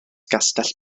gastell